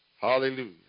hallelujah